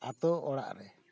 ᱟᱛᱳ ᱚᱲᱟᱜ ᱨᱮ